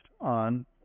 on